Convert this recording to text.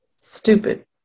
stupid